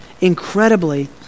incredibly